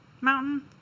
Mountain